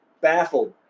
baffled